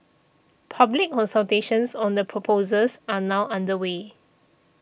public consultations on the proposals are now underway